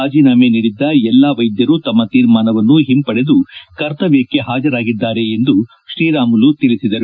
ರಾಜೀನಾಮೆ ನೀಡಿದ್ದ ಎಲ್ಲಾ ವೈದ್ಯರು ತಮ್ಮ ತೀರ್ಮಾನವನ್ನು ಹಿಂಪಡೆದು ಕರ್ತವ್ಯಕ್ಕೆ ಹಾಜರಾಗಿದ್ದಾರೆ ಎಂದು ತ್ರೀರಾಮುಲು ತಿಳಿಸಿದ್ದಾರೆ